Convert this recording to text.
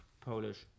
Polish